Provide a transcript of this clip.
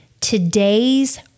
today's